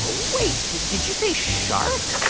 wait. did did you say shark?